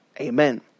Amen